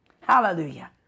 Hallelujah